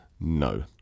no